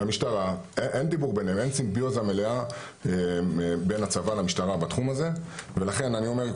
אין סימביוזה מלאה בין הצבא למשטרה בתחום הזה ולכן אני אומר,